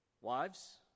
Wives